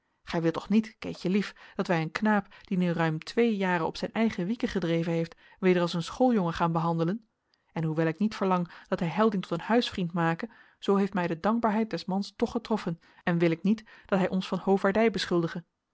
gij wilt toch niet keetje lief dat wij een knaap die nu ruim twee jaren op zijn eigen wieken gedreven heeft weder als een schooljongen gaan behandelen en hoewel ik niet verlang dat hij helding tot een huisvriend make zoo heeft mij de dankbaarheid des mans toch getroffen en wil ik niet dat hij ons van hoovaardij beschuldige